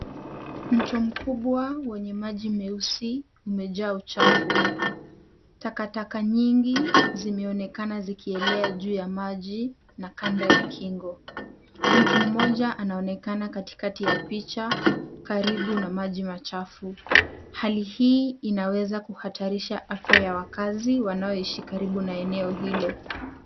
Mto mkubwa wenye maji meusi umejaa uchafu. Takataka nyingi zimeonekana zikielea juu ya maji na kando ya kingo. Mtu mmoja anaonekana katikati ya picha karibu na maji machafu. Hali hii inaweza kuhatarisha afya ya wakazi wanaoishi karibu na eneo hilo.